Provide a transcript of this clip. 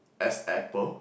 as Apple